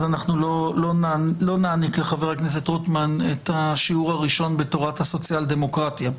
אז לא נעניק לחבר הכנסת רוטמן את השיעור הראשון בתורת הסוציאל דמוקרטיה.